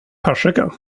persika